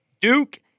Duke